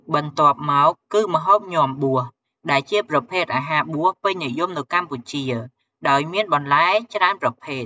បន្ទាប់មកគឺម្ហូប “ញាំបួស” ដែលជាប្រភេទអាហារបួសពេញនិយមនៅកម្ពុជា ដោយមានបន្លែច្រើនប្រភេទ។